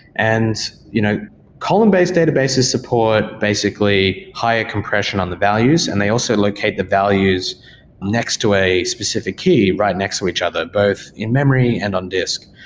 and you know column-based databases support basically higher compression on the values and they also locate the values next to a specific key right next to each other both in-memory and on disk.